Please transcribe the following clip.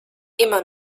immer